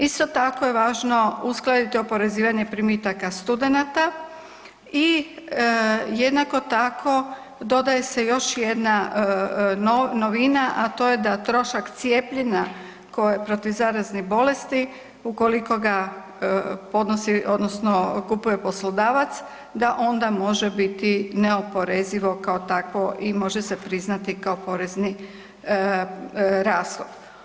Isto tako je važno uskladiti oporezivanje primitaka studenata i jednako tako dodaje se još jedna novina, a to je da trošak cijepljenja protiv zaraznih bolesti ukoliko ga podnosi odnosno kupuje poslodavac da ona može biti neoporezivo kao takvo i može se priznati kao porezni rashod.